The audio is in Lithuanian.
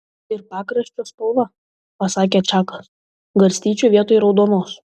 ir pakraščio spalva pasakė čakas garstyčių vietoj raudonos